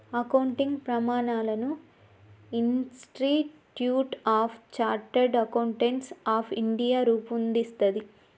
accounting ప్రమాణాలను institute of chartered accountants of India రూపొందిస్తది